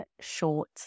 short